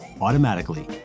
automatically